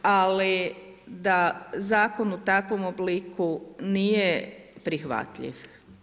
Ali da Zakon u takvom obliku nije prihvatljiv.